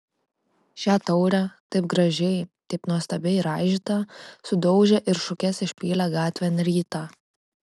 šią taurę taip gražiai taip nuostabiai raižytą sudaužė ir šukes išpylė gatvėn rytą